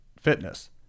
fitness